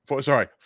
Sorry